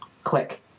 click